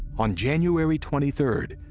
on january twenty third,